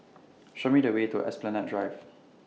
Show Me The Way to Esplanade Drive